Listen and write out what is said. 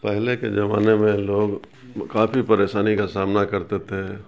پہلے کے زمانے میں لوگ کافی پریشانی کا سامنا کرتے تھے